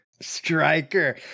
Striker